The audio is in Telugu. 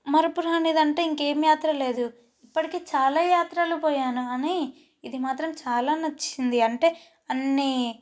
మరపురానిదంటూ ఇంకేం యాత్రా లేదు ఇప్పటికీ చాలా యాత్రలు పోయాను కానీ ఇది మాత్రం చాలా నచ్చింది అంటే అన్నీ